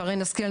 שרון השכל,